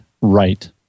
right